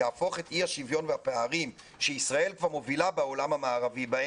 יהפוך את אי השוויון והפערים שישראל כבר מוביל בהם בעולם המערבי